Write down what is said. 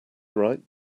right